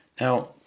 Now